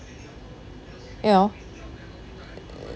you know